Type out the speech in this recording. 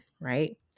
right